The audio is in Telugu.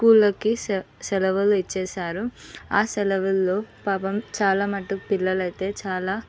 స్కూల్లకి సెలవులు ఇచ్చేశారు ఆ సెలవులలో పాపం చాలా మట్టుకు పిల్లలైతే చాలా